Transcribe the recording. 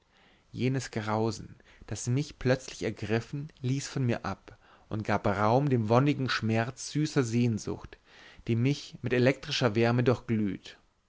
jenes grausen das mich plötzlich ergriffen ließ von mir ab und gab raum dem wonnigen schmerz süßer sehnsucht die mich mit elektrischer wärme